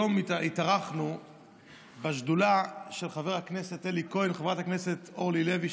היום התארחנו בשדולה של חבר הכנסת אלי כהן וחברת הכנסת אורלי לוי,